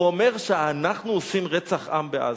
אומר שאנחנו עושים רצח-עם בעזה.